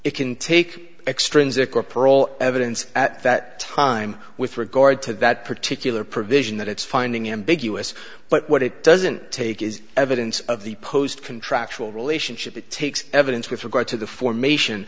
it can take extrinsic or parole evidence at that time with regard to that particular provision that it's finding ambiguous but what it doesn't take is evidence of the post contractual relationship it takes evidence with regard to the formation